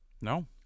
No